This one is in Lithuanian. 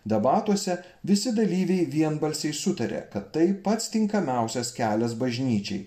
debatuose visi dalyviai vienbalsiai sutarė kad tai pats tinkamiausias kelias bažnyčiai